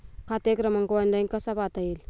खाते क्रमांक ऑनलाइन कसा पाहता येईल?